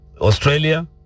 Australia